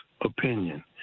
opinion